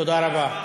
תודה רבה.